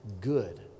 good